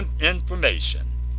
information